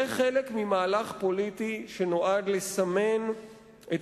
זה חלק ממהלך פוליטי שנועד לסמן את